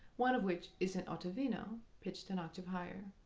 one of which is an ottavino, pitched an octave higher.